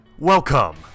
Welcome